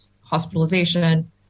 hospitalization